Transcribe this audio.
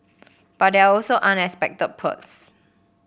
but there are also unexpected perks